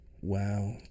Wow